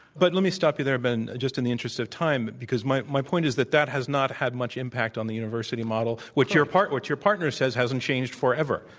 but let me stop you there, ben, just in the interest of time, because my my point is that that has not had much impact on the university model, which your partner your partner says hasn't changed forever.